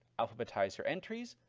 alphabetize your entries,